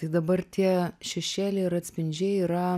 tai dabar tie šešėliai ir atspindžiai yra